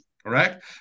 correct